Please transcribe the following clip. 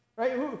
Right